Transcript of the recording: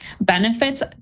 benefits